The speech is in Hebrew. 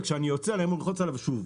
וכשאני יוצא אני אמור ללחוץ עליו שוב,